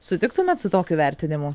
sutiktumėt su tokiu vertinimu